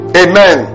amen